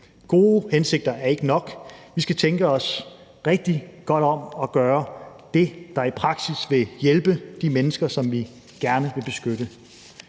Gode hensigter ikke nok – vi skal tænke os rigtig godt om og gøre det, der i praksis vil hjælpe de mennesker, som vi gerne vil beskytte.